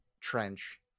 trench